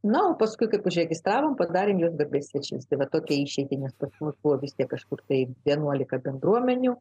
na o paskui kaip užregistravom padarėm juos garbės svečiais nes pas mus buvo kažkur tai vienuolika bendruomenių